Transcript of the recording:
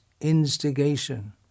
instigation